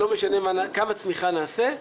שלא משנה כמה צמיחה נעשה,